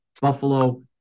Buffalo